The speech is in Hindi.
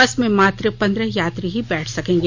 बस में मात्र पंद्रह यात्री ही बैठ सकेंगे